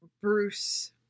Bruce